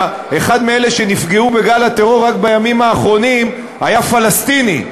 אחד מאלה שנפגעו בגל הטרור רק בימים האחרונים היה פלסטיני,